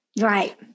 Right